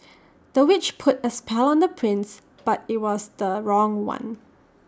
the witch put A spell on the prince but IT was the wrong one